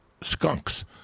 skunks